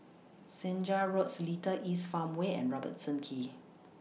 Senja Road Seletar East Farmway and Robertson Quay